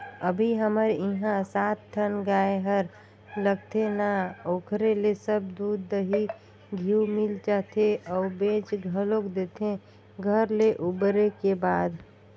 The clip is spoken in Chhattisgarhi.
अभी हमर इहां सात ठन गाय हर लगथे ना ओखरे ले सब दूद, दही, घींव मिल जाथे अउ बेंच घलोक देथे घर ले उबरे के बाद